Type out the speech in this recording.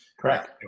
correct